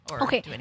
okay